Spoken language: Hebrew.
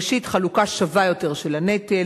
ראשית, חלוקה שווה יותר של הנטל.